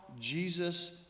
Jesus